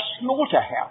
slaughterhouse